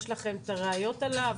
יש לכם את הראיות עליו?